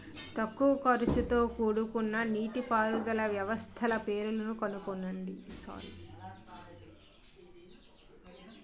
తక్కువ ఖర్చుతో కూడుకున్న నీటిపారుదల వ్యవస్థల పేర్లను తెలపండి?